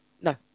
No